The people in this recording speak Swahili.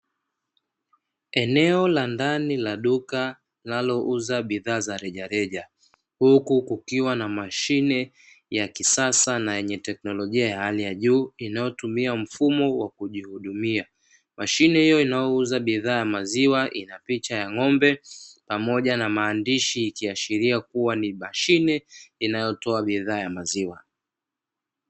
Eneo la ndani la duka linalouza bidhaa za rejareja huku kukiwa na mashine ya kisasa na yenye teknolojia ya hali ya juu inayotumia mfumo wa kujihudumia, mashine hiyo inayouza bidhaa ya maziwa inapicha ya ng'ombe pamoja na maandishi kiashiria kuwa ni mashine inayotoa bidhaa ya maziwa.